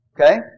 Okay